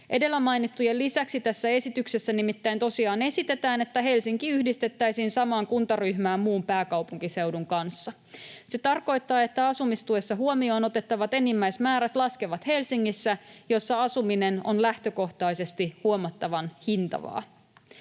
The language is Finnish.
Edellä mainittujen lisäksi tässä esityksessä nimittäin tosiaan esitetään, että Helsinki yhdistettäisiin samaan kuntaryhmään muun pääkaupunkiseudun kanssa. Se tarkoittaa, että asumistuessa huomioon otettavat enimmäismäärät laskevat Helsingissä, jossa asuminen on lähtökohtaisesti huomattavan hintavaa.